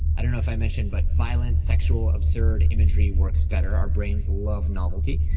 i don't know if i mentioned, but violence, sexual, absurd imagery works better. our brains love novelty.